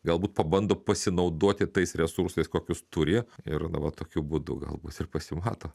galbūt pabando pasinaudoti tais resursais kokius turi ir na va tokiu būdu galbūt ir pasimato